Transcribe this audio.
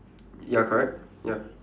ya correct ya